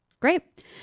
Great